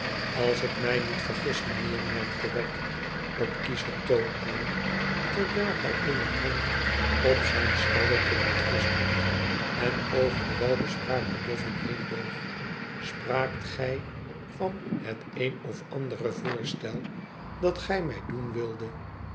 als ik mij niet vergis mijnheer merkte wegg op kieschentoon aan tenrijl hij eene hand op zijn stallee liet rusten en over den welbespraakten boffin heen boog tspraakt gij van het een of andere voorstel dat gij mij doen wildet